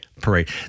parade